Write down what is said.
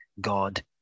God